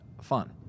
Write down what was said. fun